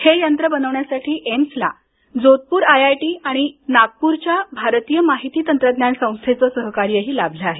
हे यंत्र बनवण्यासाठी एम्सला जोधपूर आयआयटी आणि नागपूरच्या भारतीय माहिती तंत्रज्ञान संस्था यांच सहकार्य लाभल आहे